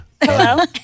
Hello